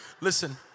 Listen